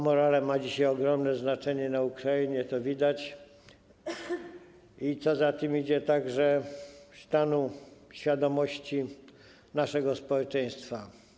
Morale ma dzisiaj ogromne znaczenie na Ukrainie, to widać, i co za tym idzie - także stanu świadomości naszego społeczeństwa.